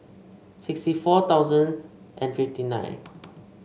sixty four thousand and fifty nine